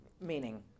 meaning